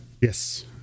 Yes